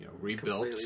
rebuilt